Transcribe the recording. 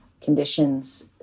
conditions